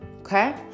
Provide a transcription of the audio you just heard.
okay